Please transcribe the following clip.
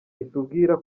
itubwira